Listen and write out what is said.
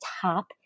top